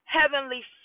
Heavenly